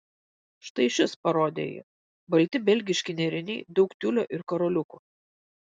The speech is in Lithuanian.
štai šis parodė ji balti belgiški nėriniai daug tiulio ir karoliukų